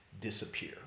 disappear